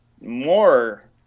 more